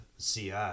CI